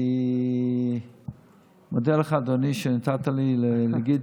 אני מודה לך, אדוני, שנתת לי להגיד.